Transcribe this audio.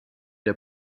der